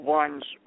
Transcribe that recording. one's